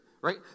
right